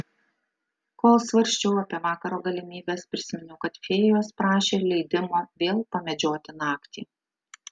kol svarsčiau apie vakaro galimybes prisiminiau kad fėjos prašė leidimo vėl pamedžioti naktį